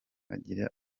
agira